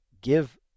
give